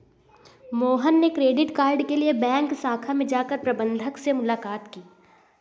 मोहन ने credit card के लिए बैंक शाखा में जाकर प्रबंधक से मुलाक़ात की